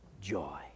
joy